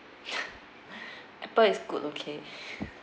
apple is good okay